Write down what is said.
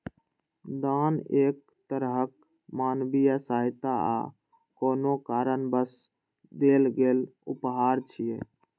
दान एक तरहक मानवीय सहायता आ कोनो कारणवश देल गेल उपहार छियै